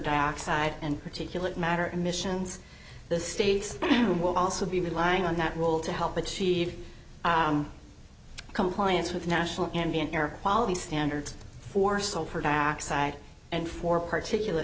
dioxide and particulate matter emissions the states will also be relying on that role to help achieve compliance with national ambient air quality standards for sulfur dioxide and for particula